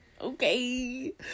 Okay